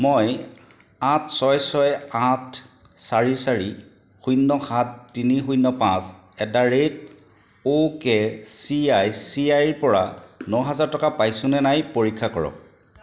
মই আঠ ছয় ছয় আঠ চাৰি চাৰি শূন্য সাত তিনি শূন্য পাঁচ at the rate O K C I C আইৰ পৰা ন হাজাৰ টকা পাইছোনে নাই পৰীক্ষা কৰক